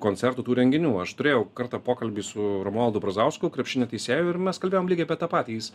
koncertų tų renginių aš turėjau kartą pokalbį su romualdu brazausku krepšinio teisėju ir mes kalbėjom lygiai apie tą patį jis